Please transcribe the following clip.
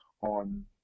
on